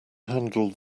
handle